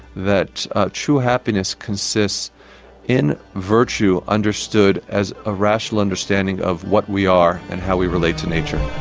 that true happiness consists in virtue understood as a rational understanding of what we are and how we relate to nature.